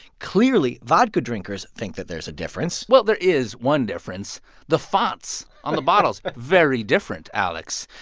clearly, vodka drinkers think that there's a difference well, there is one difference the fonts on the bottles but very different, alex.